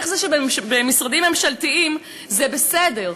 איך זה שבמשרדים ממשלתיים זה בסדר?